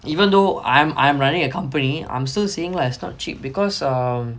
even though I'm I'm running a company I'm still saying lah it's not cheap because um